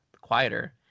quieter